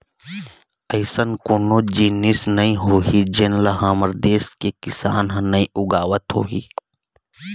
अइसन कोनो जिनिस नइ होही जेन ल हमर देस के किसान ह नइ उगावत होही